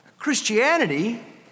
Christianity